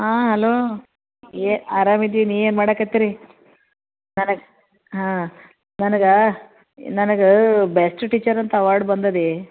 ಹಾಂ ಅಲೋ ಎ ಅರಾಮಿದ್ದೀನಿ ನೀ ಏನು ಮಾಡಾಕತ್ತೀ ರಿ ನನಗೆ ಹಾಂ ನನಗೆ ನನಗೆ ಬೆಸ್ಟ್ ಟೀಚರಂತ ಅವಾರ್ಡ್ ಬಂದಿದೆ